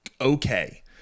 okay